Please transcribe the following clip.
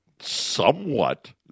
somewhat